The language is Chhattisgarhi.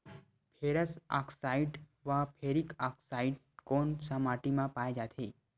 फेरस आकसाईड व फेरिक आकसाईड कोन सा माटी म पाय जाथे?